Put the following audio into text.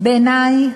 בעיני,